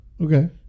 Okay